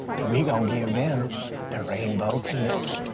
then we gon' give them the rainbow connection.